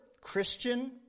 Christian